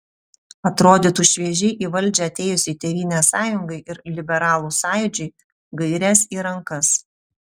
atrodytų šviežiai į valdžią atėjusiai tėvynės sąjungai ir liberalų sąjūdžiui gairės į rankas